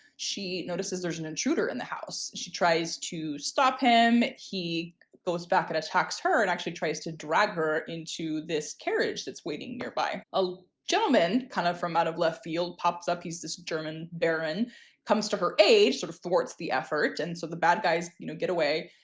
she notices there's an intruder in the house. she tries to stop him. he goes back and attacks her and actually tries to drag her into this carriage that's waiting nearby. a gentleman kind of from out of left field pops up. he's this german baron. and comes to her aid, sort of thwarts the effort and so the bad guys you know get away.